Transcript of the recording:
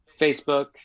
Facebook